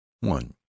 One